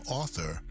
author